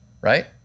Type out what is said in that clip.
right